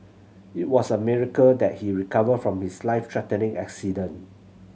it was a miracle that he recovered from his life threatening accident